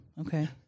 okay